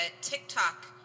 TikTok